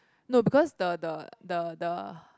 no because the the the the